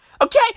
Okay